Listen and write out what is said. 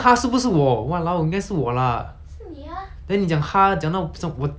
then 你讲他讲到像我 third party 这样你有没有搞错